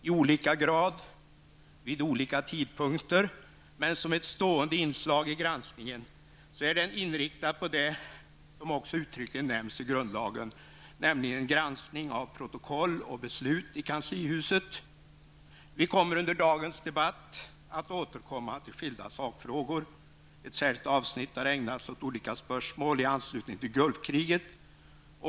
I olika grad vid olika tidpunkter, men som ett stående inslag i granskningen, är granskningen inriktad på det som också uttryckligen nämns i grundlagen, nämligen en granskning av protokoll och beslut i kanslihuset. Vi kommer under dagens debatt att återkomma till skilda sakfrågor. Ett särskilt avsnitt har ägnats åt olika spörsmål i anslutning till Gulfkriget.